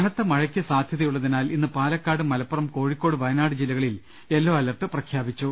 കനത്ത മഴയ്ക്ക് സാധ്യതയുള്ളതിനാൽ ഇന്ന് പാലക്കാട് മലപ്പുറം കോഴിക്കോട് വയനാട് ജില്ലകളിൽ യെല്ലോ അലർട്ട് പ്രഖ്യാപിച്ചു